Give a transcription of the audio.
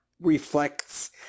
reflects